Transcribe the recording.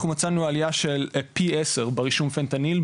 אנחנו מצאנו עלייה של פי עשר ברישום של פנטניל,